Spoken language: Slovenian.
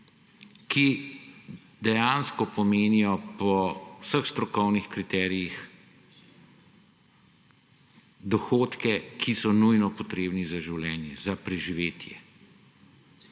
ki dejansko pomenijo po vseh strokovnih kriterijih dohodke, ki so nujno potrebni za življenje za preživetje.